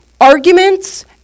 arguments